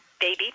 baby